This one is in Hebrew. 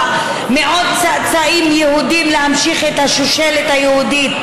מעוד צאצאים יהודים להמשיך את השושלת היהודית,